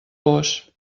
vós